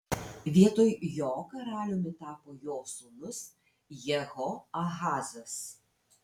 vietoj jo karaliumi tapo jo sūnus jehoahazas